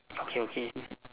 okay okay